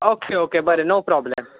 okay okay बरें no problem